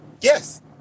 Yes